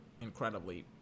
incredibly